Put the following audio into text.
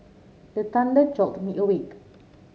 the thunder jolt me awake